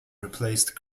replaced